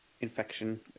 infection